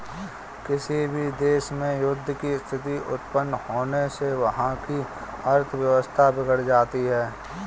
किसी भी देश में युद्ध की स्थिति उत्पन्न होने से वहाँ की अर्थव्यवस्था बिगड़ जाती है